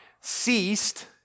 ceased